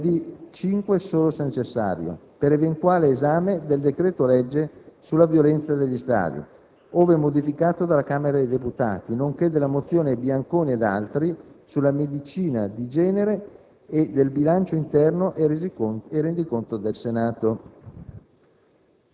(giovedì 5 solo se necessario) per l'eventuale esame del decreto-legge sulla violenza negli stadi, ove modificato dalla Camera dei deputati, nonché della mozione Bianconi ed altri sulla medicina di genere e del bilancio interno e rendiconto del Senato.